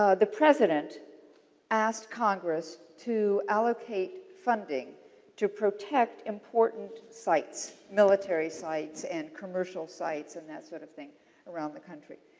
ah the president asked congress to allocate funding to protect important sites, military sites and commercial sites and that sort of thing around the country.